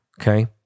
Okay